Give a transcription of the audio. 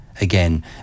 again